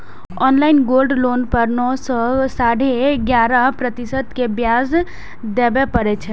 online gold loan पर नौ सं साढ़े ग्यारह प्रतिशत के ब्याज देबय पड़ै छै